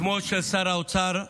בשמו של שר האוצר,